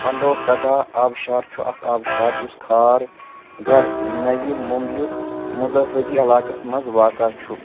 پنٛڈو گڈَا آبشار چھُ اَکھ آبشار یُس کھارگھر نٔوِی مَمبیُک مضافٲتی علاقَس منٛز واقعہٕ چھُ